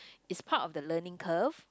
it's part of the learning curve